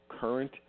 current